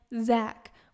Zach